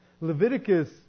Leviticus